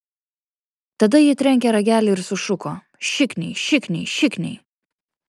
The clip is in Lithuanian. tada ji trenkė ragelį ir sušuko šikniai šikniai šikniai